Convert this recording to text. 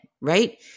right